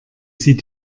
sie